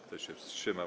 Kto się wstrzymał?